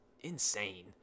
insane